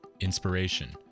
inspiration